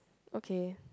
okay